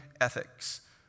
ethics